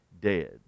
dead